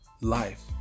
life